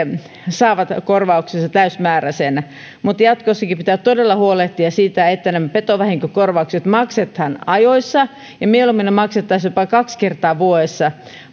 saavat korvauksensa täysimääräisinä mutta jatkossakin pitää todella huolehtia siitä että petovahinkokorvaukset maksetaan ajoissa ja mieluummin ne maksettaisiin jopa kaksi kertaa vuodessa